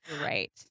Right